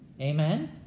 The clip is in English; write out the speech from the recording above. Amen